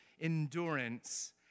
endurance